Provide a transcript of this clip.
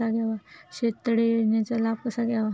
शेततळे योजनेचा लाभ कसा घ्यावा?